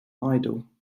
idol